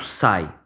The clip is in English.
sai